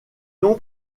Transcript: nom